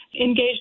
engaged